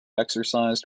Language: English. exercised